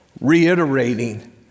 reiterating